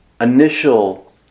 initial